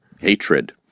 Hatred